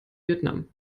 vietnam